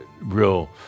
real